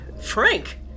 Frank